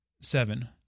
Seven